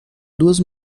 duas